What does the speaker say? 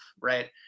right